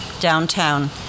downtown